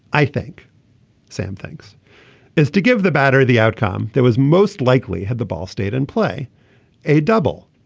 i think sam thinks is to give the batter the outcome that was most likely had the ball state and play a double.